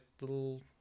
little